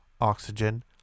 oxygen